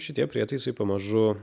šitie prietaisai pamažu